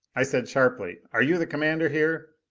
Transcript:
i said sharply, are you the commander here?